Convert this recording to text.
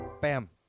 bam